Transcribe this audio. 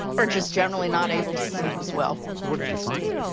or just generally not able to sleep as well. so what did you find?